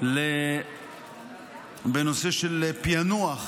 גם בנושא פיענוח